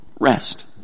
Rest